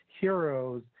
heroes